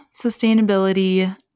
sustainability